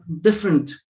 different